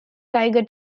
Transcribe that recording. tiger